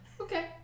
okay